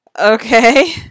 Okay